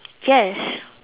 yes